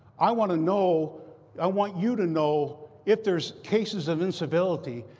i want to know i want you to know if there's cases of incivility.